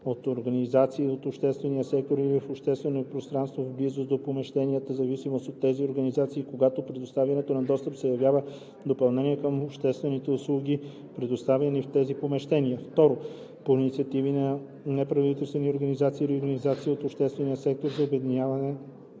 от организации от обществения сектор или в обществени пространства в близост до помещенията, заемани от тези организации, когато предоставянето на достъпа се явява допълнение към обществените услуги, предоставяни в тези помещения; 2. по инициативи на неправителствени организации или организации от обществения сектор за обединение